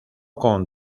con